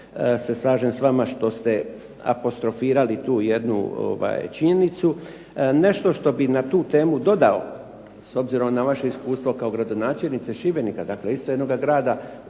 se slažem s vama što ste apostrofirali tu jednu činjenicu. Nešto što bi na tu temu dodao, s obzirom na vaše iskustvo kao gradonačelnice Šibenika, dakle isto jednoga grada